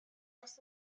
aros